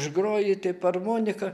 užgroji taip armonika